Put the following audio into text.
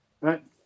right